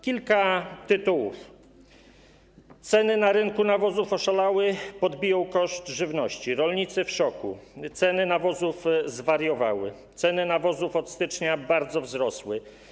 Kilka tytułów: „Ceny na rynku nawozów oszalały, podbiją koszt żywności”, „Rolnicy w szoku, ceny nawozów zwariowały”, „Ceny nawozów od stycznia bardzo wzrosły”